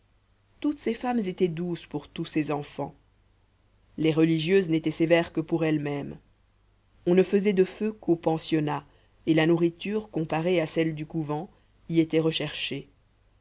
toutes ces femmes étaient douces pour tous ces enfants les religieuses n'étaient sévères que pour elles-mêmes on ne faisait de feu qu'au pensionnat et la nourriture comparée à celle du couvent y était recherchée